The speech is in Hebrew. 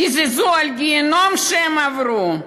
קיזזו על הגיהינום שהם עברו?